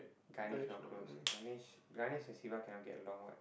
Ganesh not close Ganesh and siva cannot get along what